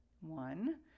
One